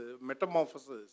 Metamorphosis